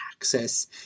access